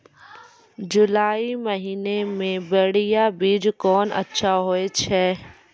जुलाई महीने मे बढ़िया बीज कौन अच्छा होय छै?